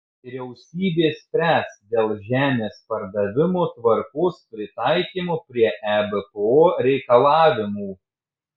vyriausybė spręs dėl žemės pardavimo tvarkos pritaikymo prie ebpo reikalavimų